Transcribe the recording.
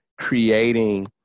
creating